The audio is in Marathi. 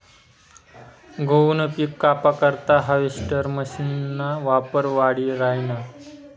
गहूनं पिक कापा करता हार्वेस्टर मशीनना वापर वाढी राहिना